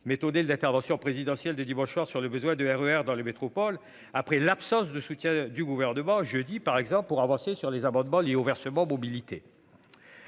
m'étonner l'intervention présidentielle de dimanche soir, sur le besoin de RER dans les métropoles après l'absence de soutien du gouvernement jeudi par exemple, pour avancer sur les amendements liés au versement mobilité,